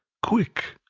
quick!